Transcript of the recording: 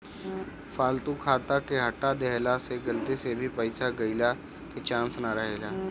फालतू खाता के हटा देहला से गलती से भी पईसा गईला के चांस ना रहेला